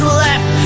left